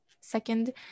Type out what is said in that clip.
second